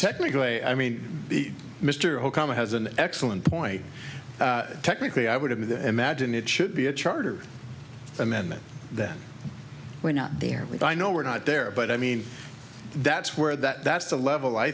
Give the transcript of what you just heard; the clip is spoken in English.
technically i mean the mr okama has an excellent point technically i would have to imagine it should be a charter amendment that we're not there i know we're not there but i mean that's where that that's the level i